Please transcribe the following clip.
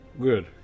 Good